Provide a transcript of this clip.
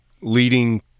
leading